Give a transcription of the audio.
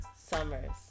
Summers